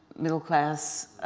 middle class,